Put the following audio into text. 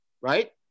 right